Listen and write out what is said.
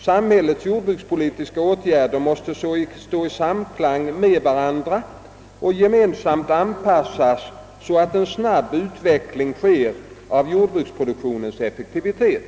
Samhällets jordbrukspolitiska åtgärder måste stå i samklang med varandra och gemensamt anpassas så, att en snabb utveckling sker av jordbruksproduktionens effektivitet.